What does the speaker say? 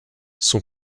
son